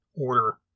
order